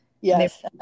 Yes